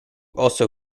also